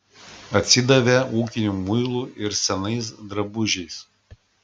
atsidavė ūkiniu muilu ir senais drabužiais